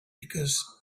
because